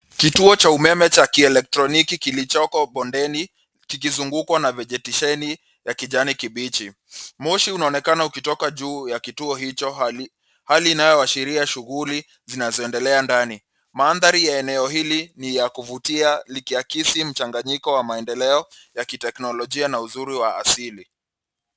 Kituo cha umeme cha kielekitroniki kilichoko bondeni kikizungukwa na vejetesheni ya kijani kibichi, moshi unaonekana ukitoka juu ya kituo hicho hali inayoashiria shughuli zinazoendelea ndani. Mandhari ya eneo hili ni ya kuvutia likiakisi mchanganyiko wa maendeleo ya kitekinolojia na uzuri wa asili.